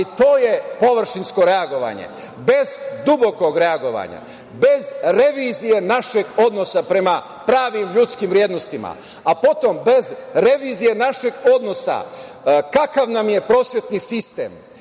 to je površinsko reagovanje, bez dubokog reagovanja, bez revizije našeg odnosa prema pravim ljudskim vrednostima, a potom bez revizije našeg odnosa kakav nam je prosvetni sistem